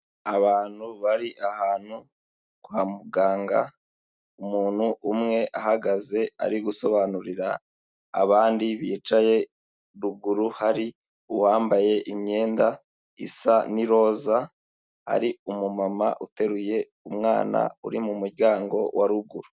Abantu bari ahantu kwa muganga, umuntu umwe ahagaze ari gusobanurira abandi bicaye ruguru, hari uwambaye imyenda isa n'iroza, ari umumama uteruye umwana uri mu muryango wa ruguru.